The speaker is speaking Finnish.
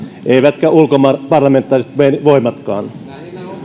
eivätkä ulkomaanvoimatkaan